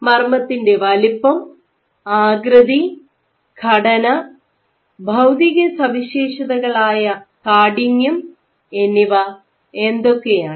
മർമ്മത്തിൻറെ വലിപ്പം ആകൃതി ഘടന ഭൌതിക സവിശേഷതകളായ കാഠിന്യം എന്നിവ എന്തൊക്കെയാണ്